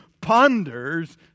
ponders